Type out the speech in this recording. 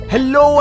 Hello